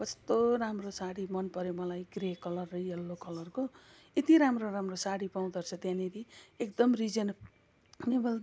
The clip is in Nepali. कस्तो राम्रो साडी मन पऱ्यो मलाई ग्रे कलर र यल्लो कलरको यति राम्रो राम्रो साडी पाउँदो रहेछ त्यहाँनिरी एकदम रिजने नेबल